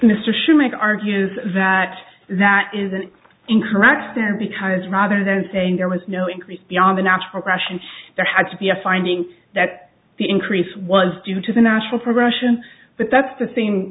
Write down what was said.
mr should make argues that that is an incorrect stand because rather than saying there was no increase beyond the natural question there had to be a finding that the increase was due to the natural progression but that's the